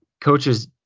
coaches